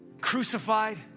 crucified